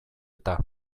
eta